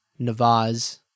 Navaz